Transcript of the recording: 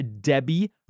Debbie